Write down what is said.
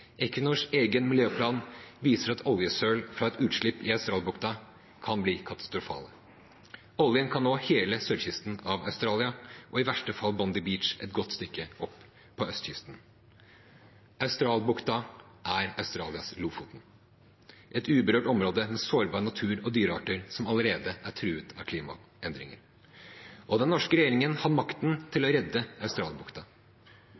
egen miljøplan viser at oljesøl fra et utslipp i Australbukta kan bli katastrofalt. Oljen kan nå hele sørkysten av Australia, og i verste fall Bondi Beach, et godt stykke opp på østkysten. Australbukta er Australias Lofoten – et uberørt område med sårbar natur og dyrearter som allerede er truet av klimaendringer. Den norske regjeringen har makten til